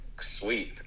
sweet